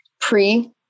pre